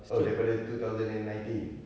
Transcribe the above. oh daripada two thousand and nineteen